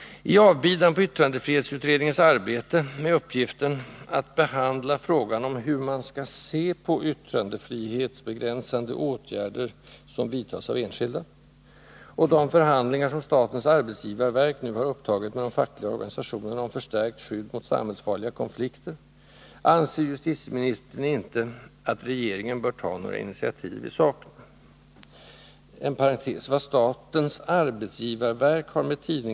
I avbidan på yttrandefrihetsutredningens arbete med uppgiften ”att behandla frågan om hur man skall se på yttrandefrihetsbegränsande åtgärder som vidtas av enskilda” och de förhandlingar som statens arbetsgivarverk nu har upptagit med de fackliga organisationerna om förstärkt skydd mot samhällsfarliga konflikter anser justitieministern inte att regeringen bör ta några initiativ i saken.